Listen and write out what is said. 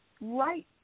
Right